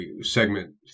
segment